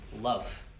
love